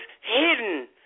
hidden